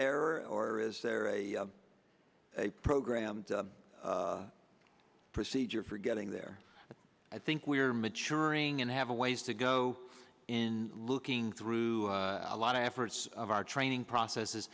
error or is there a program procedure for getting there i think we are maturing and have a ways to go in looking through a lot of efforts of our training processes